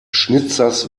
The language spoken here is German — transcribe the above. schnitzers